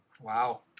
Wow